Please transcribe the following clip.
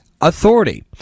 authority